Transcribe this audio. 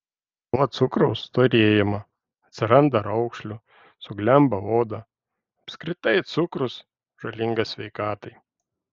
nuo cukraus storėjama atsiranda raukšlių suglemba oda apskritai cukrus žalingas sveikatai